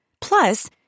Plus